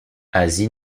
asie